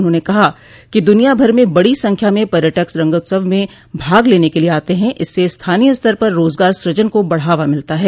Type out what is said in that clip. उन्होंने कहा कि द्रनिया भर में बड़ी सख्या में पर्यटक रंगोत्सव में भाग लेने के लिए आते हैं इससे स्थानीय स्तर पर रोजगार सूजन को बढ़ावा मिलता है